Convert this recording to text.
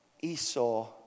Esau